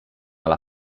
alla